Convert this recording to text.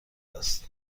است